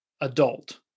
adult